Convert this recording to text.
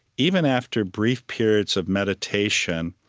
even after brief periods of meditation,